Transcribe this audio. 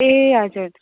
ए हजुर